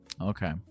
Okay